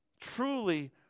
Truly